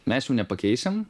mes jų nepakeisim